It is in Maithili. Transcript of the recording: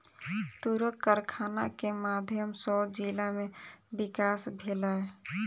तूरक कारखाना के माध्यम सॅ जिला में विकास भेलै